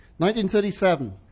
1937